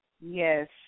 Yes